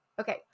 Okay